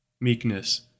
Meekness